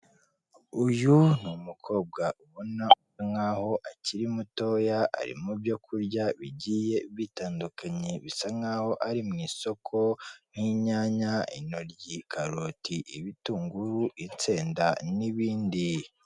Uyu ni umukobwa ubona usa nkaho akiri mutoya, ari mu byo kurya bigiye bitandukanye, bisa nkaho ari mu isoko nk'inyanya, intoryi, karoti, ibitunguru, insenda n'ibindi.